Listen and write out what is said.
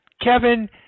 Kevin